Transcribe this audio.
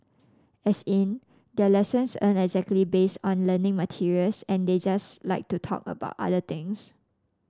as in their lessons aren't exactly based on learning materials and they just like to talk about other things